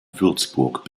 würzburg